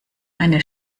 eine